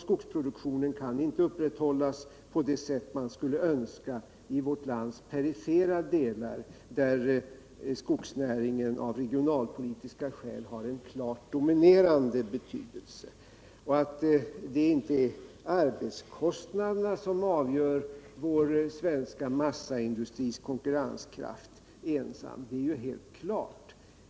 Skogsproduktionen kan inte upprätthållas på det sätt som man skulle ha önskat i vårt lands perifera delar, där skogsnäringen av regionalpolitiska skäl har en klart dominerande betydelse. Att det inte är enbart arbetskraftskostnaderna som avgör vår svenska massaindustris konkurrenskraft är helt klart.